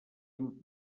amb